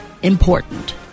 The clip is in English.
Important